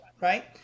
Right